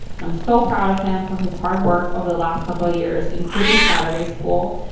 and i'm so proud of him for his hard work over the last couple years, including saturday school.